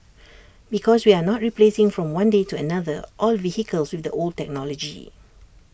because we are not replacing from one day to another all vehicles with old technology